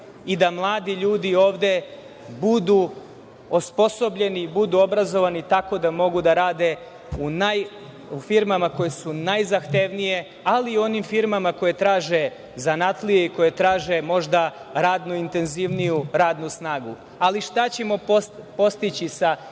i da mladi ljudi ovde budu osposobljeni, budu obrazovani tako da mogu da rade u firmama koje su najzahtevnije, ali i onim firmama koje traže zanatlije i koje traže možda radnu, intenzivniju radnu snagu. Ali šta ćemo postići sa